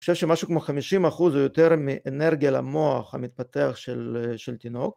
‫אני חושב שמשהו כמו 50 אחוז ‫או יותר מאנרגיה למוח המתפתח של תינוק.